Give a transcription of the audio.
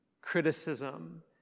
criticism